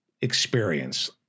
experience